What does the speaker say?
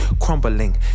Crumbling